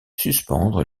suspendre